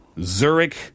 Zurich